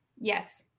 Yes